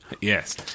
yes